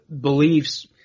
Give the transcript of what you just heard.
beliefs